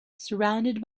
surrounded